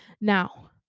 now